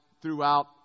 throughout